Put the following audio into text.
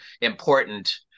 important